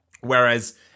Whereas